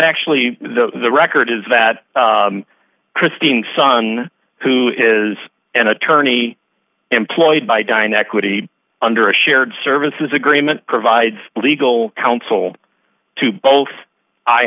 though the record is that christine son who is an attorney employed by dine equity under a shared services agreement provides legal counsel to both i